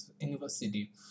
university